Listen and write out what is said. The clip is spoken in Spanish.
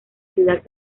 ciudad